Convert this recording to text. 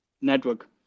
network